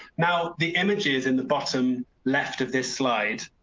now the images in the bottom left of this slide.